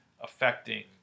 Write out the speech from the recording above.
affecting